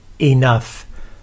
enough